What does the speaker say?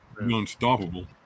unstoppable